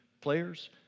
players